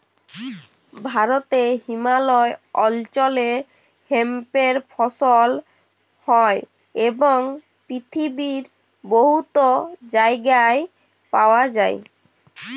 ভারতে হিমালয় অল্চলে হেম্পের ফসল হ্যয় এবং পিথিবীর বহুত জায়গায় পাউয়া যায়